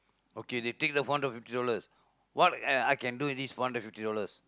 okay they take the four hundred fifty dollars what I I can do with this four hundred and fifty dollars